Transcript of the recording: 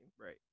Right